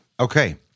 Okay